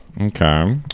Okay